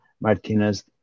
Martinez